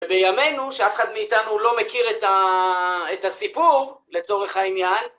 ובימינו, שאף אחד מאיתנו לא מכיר את הסיפור לצורך העניין.